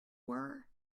were